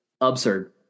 absurd